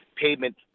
pavement